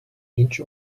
inch